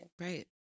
Right